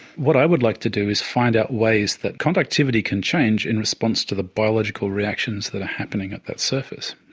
what i would like to do is find out ways that conductivity can change in response to the biological reactions that are happening at that surface.